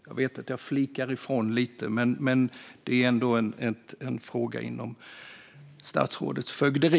Jag vet att jag flikade ifrån lite, men det är ändå en fråga inom statsrådets fögderi.